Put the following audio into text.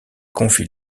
confie